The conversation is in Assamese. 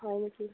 হয় নেকি